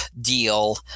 deal